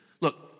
look